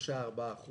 3% 4%